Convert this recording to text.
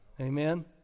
amen